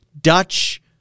dutch